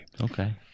okay